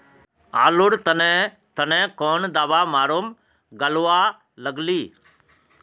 आलूर तने तने कौन दावा मारूम गालुवा लगली?